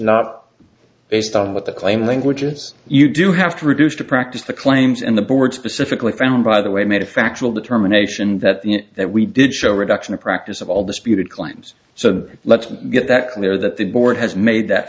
not based on what the claim languages you do have to reduce to practice the claims and the board specifically found by the way i made a factual determination that the that we did show reduction of practice of all disputed claims so let's get that clear that the board has made that